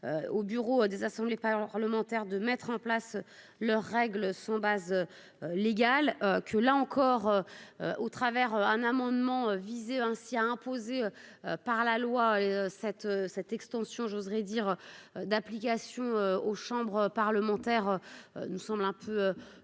au bureau des assemblées par parlementaires de mettre en place leurs règles sont base légale que là encore au travers un amendement visait ainsi à imposer par la loi, cette, cette extension j'oserais dire d'application aux Chambres parlementaires nous semble un peu rapide